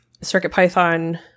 CircuitPython